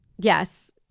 Yes